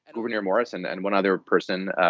and gouverneur morris and then one other person.